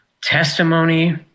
testimony